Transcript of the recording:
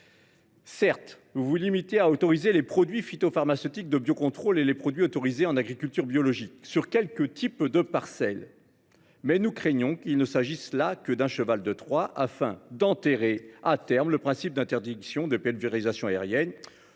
collègues, vous vous limitez à autoriser les produits phytopharmaceutiques de biocontrôle et les produits autorisés en agriculture biologique, et ce sur quelques types de parcelles seulement, mais nous craignons qu’il ne s’agisse là que d’un cheval de Troie, destiné à enterrer, à terme, le principe de l’interdiction des pulvérisations aériennes